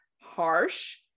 harsh